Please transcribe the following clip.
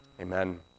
Amen